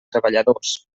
treballadors